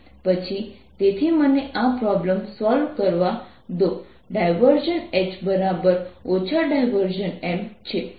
તેથી હવે આપણે પ્રોબ્લેમ નંબર 3 સોલ્વ કરવા જઈશું